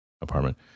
Apartment